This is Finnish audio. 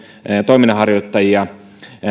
toiminnanharjoittajia